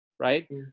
right